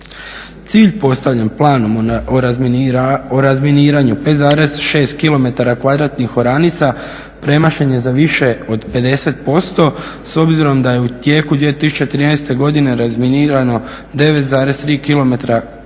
Cilj postavljen Planom o razminiranju 5,6 km2 oranica premašen je za više od 50% s obzirom da je u tijeku 2013. godine razminirano 9,3 km2